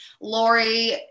Lori